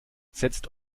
setzt